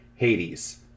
Hades